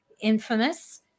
infamous